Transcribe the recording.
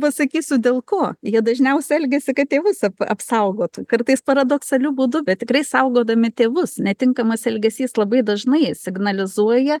pasakysiu dėl ko jie dažniausia elgiasi kad tėvus ap apsaugotų kartais paradoksaliu būdu bet tikrai saugodami tėvus netinkamas elgesys labai dažnai signalizuoja